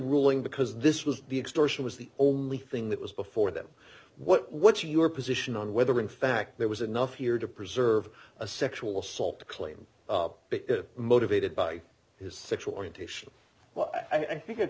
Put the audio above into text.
ruling because this was the extortion was the only thing that was before them what's your position on whether in fact there was enough here to preserve a sexual assault claim motivated by his sexual orientation well i think